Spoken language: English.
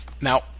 Now